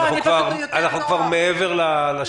אנחנו כבר מעבר לשעה.